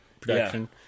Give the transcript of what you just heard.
Production